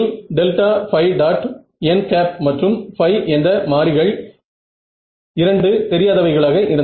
n மற்றும் ϕ என்ற மாறிகள் இரண்டு தெரியாதவைகளாக இருந்தன